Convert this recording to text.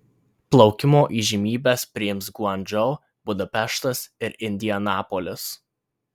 plaukimo įžymybes priims guangdžou budapeštas ir indianapolis